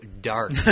dark